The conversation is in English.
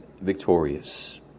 victorious